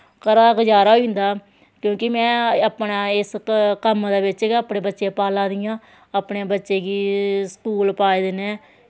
घरा दा गजारा होई जंदा क्योंकि में अपने इस कम्म दे बिच्च गै अपने बच्चे पाला दी आं अपने बच्चें गी स्कूल पाए दे न